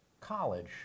college